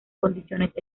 condiciones